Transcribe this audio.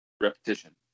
repetition